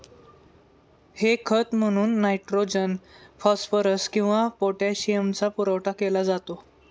हे खत म्हणून नायट्रोजन, फॉस्फरस किंवा पोटॅशियमचा पुरवठा केला जातो